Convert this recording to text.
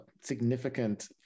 significant